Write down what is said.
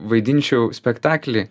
vaidinčiau spektaklį